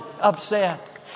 upset